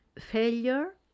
failure